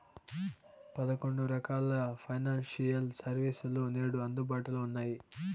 పదకొండు రకాల financial service లు నేడు అందుబాటులో ఉన్నాయి